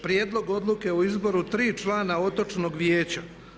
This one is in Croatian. Prijedlog odluke o izboru 3 člana Otočnog vijeća.